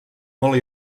molt